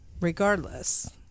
regardless